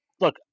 look